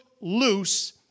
loose